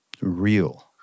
real